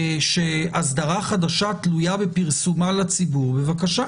שאסדרה חדשה תלויה בפרסומה לציבור, בבקשה,